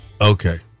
Okay